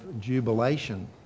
jubilation